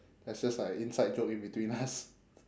that's just like a inside joke in between us